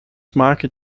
market